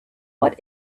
what